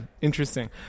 interesting